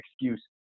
excuse